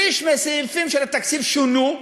שליש מהסעיפים של התקציב שונו,